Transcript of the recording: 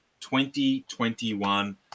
2021